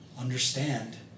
understand